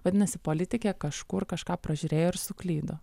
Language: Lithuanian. vadinasi politikė kažkur kažką pražiūrėjo ir suklydo